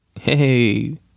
Hey